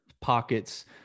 pockets